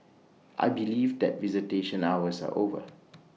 I believe that visitation hours are over